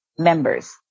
members